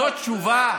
זאת תשובה?